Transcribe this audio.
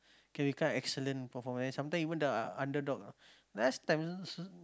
can become excellent performer and sometimes even the underdog last time